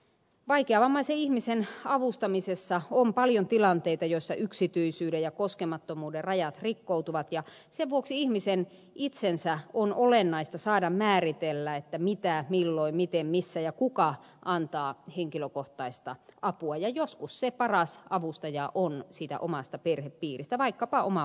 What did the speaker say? vaikeavammaisen ihmisen avustamisessa on paljon tilanteita joissa yksityisyyden ja koskemattomuuden rajat rikkoutuvat ja sen vuoksi ihmisen itsensä on olennaista saada määritellä mitä milloin miten missä ja kuka antaa henkilökohtaista apua ja joskus se paras avustaja on siitä omasta perhepiiristä vaikkapa oma puoliso